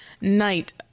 Night